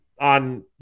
on